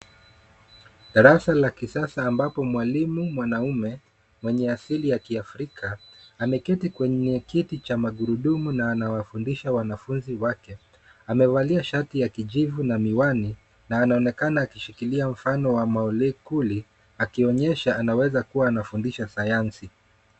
Darasa la kisasa ambapo mwalimu mwanaume mwenye asili ya Kiafrika ameketi kwenye kiti cha magurudumu na anawafundisha wanafunzi wake. Amevalia shati ya kijivu na miwani, na anaonekana akishikilia mfano wa molekuli, akionyesha anaweza kuwa anafundisha sayansi.